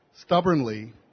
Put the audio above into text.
Stubbornly